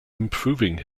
improving